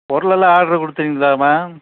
பொருளெல்லாம் ஆடர் கொடுத்துருந்தீங்களாமா